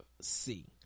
See